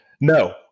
No